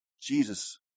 Jesus